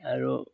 আৰু